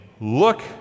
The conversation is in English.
Look